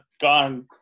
gone